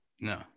No